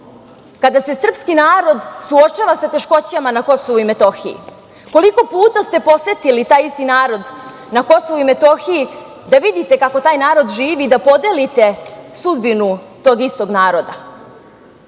kada se srpski narod suočava sa teškoćama na KiM? Koliko puta ste posetili taj isti narod na KiM, da vidite kako taj narod živi i da podelite sudbinu tog istog naroda? Danas